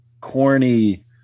corny